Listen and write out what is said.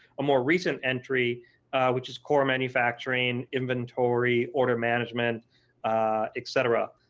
a more recent entry which is core manufacturing, inventory, order management etc.